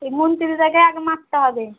এই মন্ত্রীটাকে এক মাত্র হবে